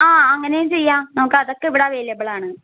ആ അങ്ങനെയും ചെയ്യാം നമുക്കതൊക്കെ ഇവിടെ അവൈലബിൾ ആണ്